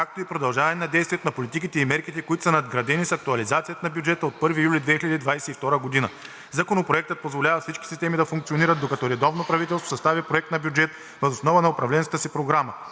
както и продължаване на действието на политиките и мерките, които са надградени с актуализацията на бюджета от 1 юли 2022 г. Законопроектът позволява всички системи да функционират, докато редовно правителство състави проект на бюджет въз основа на управленската си програма.